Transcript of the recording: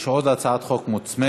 יש עוד הצעת חוק מוצמדת.